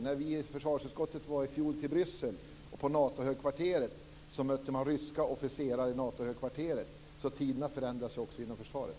När vi i försvarsutskottet i fjol var i Bryssel och besökte Natohögkvarteret mötte vi ryska officerare där. Tiderna förändras också inom försvaret.